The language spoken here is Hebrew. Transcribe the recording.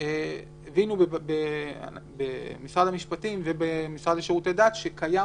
הבינו במשרד המשפטים ובמשרד לשירותי דת שקיים